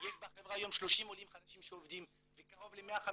יש בחברה היום 30 עולים חדשים שעובדים וקרוב ל-150